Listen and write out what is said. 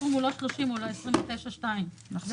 הסכום הוא לא 30 מיליון שקל, הוא 29.2 מיליון שקל.